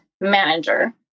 manager